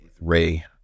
Ray